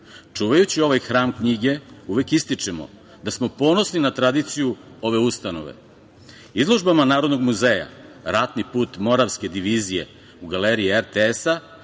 Čuvajući ovaj hram knjige, uvek ističemo da smo ponosni na tradiciju ove ustanove. Izložbama Narodnog muzeja "Ratni put Moravske divizije" u Galeriji RTS-a,